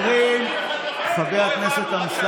אבל למעשה הצבעה משותפת עם הממשלה